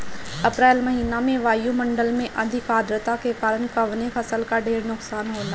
अप्रैल महिना में वायु मंडल में अधिक आद्रता के कारण कवने फसल क ढेर नुकसान होला?